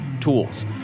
tools